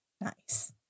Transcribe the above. nice